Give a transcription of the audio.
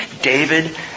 David